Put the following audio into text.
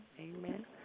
Amen